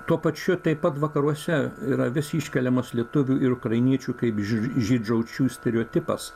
tuo pačiu taip pat vakaruose yra vis iškeliamas lietuvių ir ukrainiečių kaip žydšaudžių stereotipas